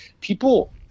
people